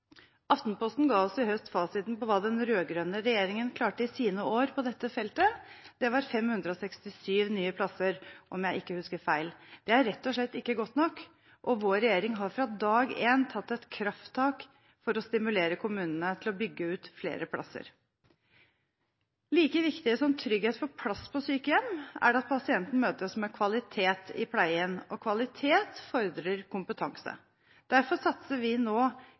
Aftenposten ga oss i høst fasiten på hva den rød-grønne regjeringen i sine år klarte på dette feltet. Det var 567 nye plasser, om jeg ikke husker feil. Det er rett og slett ikke godt nok, og vår regjering har fra dag én tatt et krafttak for å stimulere kommunene til å bygge ut flere plasser. Like viktig som trygghet for plass på sykehjem er det at pasienten møtes med kvalitet i pleie, og kvalitet fordrer kompetanse. Derfor satser vi nå